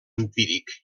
empíric